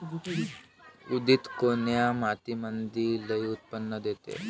उडीद कोन्या मातीमंदी लई उत्पन्न देते?